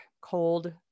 cold